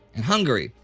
and hungary,